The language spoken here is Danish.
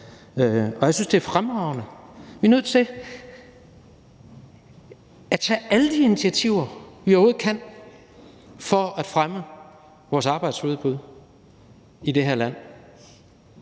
Jeg synes, det er fremragende. Vi er nødt til at tage alle de initiativer, vi overhovedet kan, for at fremme vores arbejdsudbud i det her land,